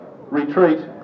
retreat